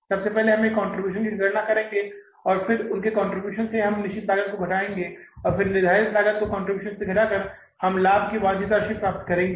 सबसे पहले हम कंट्रीब्यूशन की गणना करेंगे और फिर उनके कंट्रीब्यूशन से हम निर्धारित लागत को घटाएंगे और फिर निर्धारित लागत को कंट्रीब्यूशन से घटाकर हम लाभ की वांछित राशि प्राप्त करेंगे